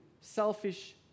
selfish